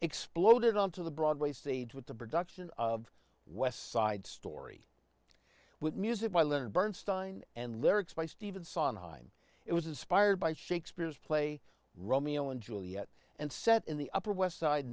exploded on to the broadway stage with the production of west side story with music by leonard bernstein and lyrics by stephen sondheim it was aspired by shakespeare's play romeo and juliet and set in the upper west side